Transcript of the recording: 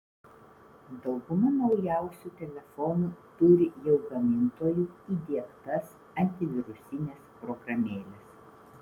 dauguma naujausių telefonų turi jau gamintojų įdiegtas antivirusines programėles